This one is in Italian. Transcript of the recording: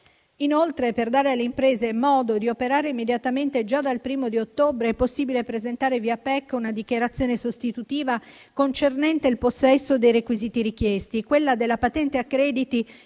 Inoltre, per dare alle imprese modo di operare immediatamente, già dal 1° ottobre è possibile presentare via PEC una dichiarazione sostitutiva concernente il possesso dei requisiti richiesti. Quella della patente a crediti